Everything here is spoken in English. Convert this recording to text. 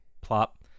Plop